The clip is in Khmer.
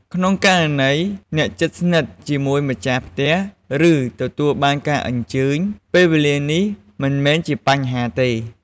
ក្នុងករណី អ្នកជិតស្និតជាមួយម្ចាស់ផ្ទះ ឬ ទទួលបានការអញ្ជើញ ពេលវេលានោះមិនមែនជាបញ្ហាទេ។